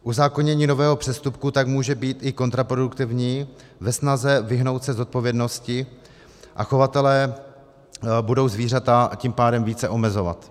Uzákonění nového přestupku tak může být i kontraproduktivní ve snaze vyhnout se zodpovědnosti, a chovatelé budou zvířata tím pádem více omezovat.